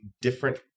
different